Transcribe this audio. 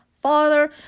father